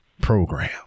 program